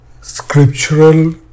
scriptural